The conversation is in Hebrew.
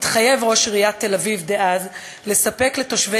התחייב ראש עיריית תל-אביב דאז לספק לתושבי